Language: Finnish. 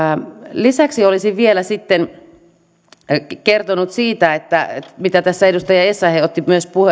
lisäksi olisin vielä kertonut siitä minkä tässä edustaja essayah otti myös